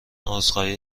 عذرخواهی